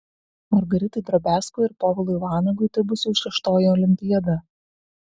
margaritai drobiazko ir povilui vanagui tai bus jau šeštoji olimpiada